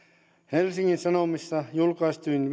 helsingin sanomissa julkaistiin